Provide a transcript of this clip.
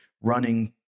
running